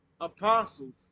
apostles